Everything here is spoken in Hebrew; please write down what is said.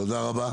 תודה רבה.